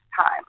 time